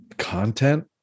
content